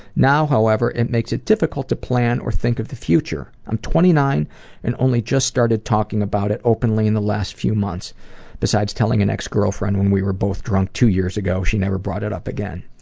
now, however, it makes it difficult to plan or think of the future. i'm twenty nine and only started talking about it openly in the last few months besides telling an ex-girlfriend when we were both drunk two years ago. she never brought it up again.